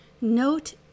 Note